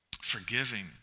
forgiving